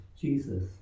Jesus